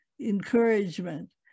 encouragement